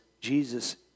Jesus